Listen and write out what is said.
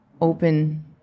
open